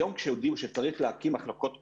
היום כשהודיעו שצריך להקים מחלקות קורונה,